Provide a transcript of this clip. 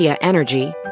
Energy